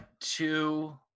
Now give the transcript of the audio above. two